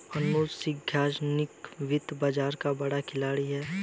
अर्जुन सिंघानिया वित्तीय बाजार का बड़ा खिलाड़ी है